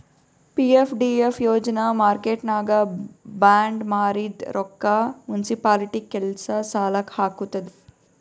PFDF ಯೋಜನಾ ಮಾರ್ಕೆಟ್ನಾಗ್ bond ಮಾರಿದ್ ರೊಕ್ಕಾ ಮುನ್ಸಿಪಾಲಿಟಿ ಕೆಲ್ಸಾ ಸಲಾಕ್ ಹಾಕ್ತುದ್